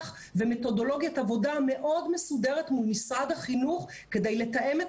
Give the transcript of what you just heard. ומתודולוגיית עבודה מאוד מסודרת מול משרד החינוך כדי לתאם את